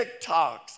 TikToks